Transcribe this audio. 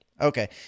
Okay